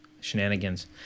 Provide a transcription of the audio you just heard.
shenanigans